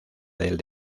del